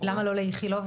למה לא לאיכילוב?